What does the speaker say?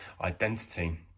Identity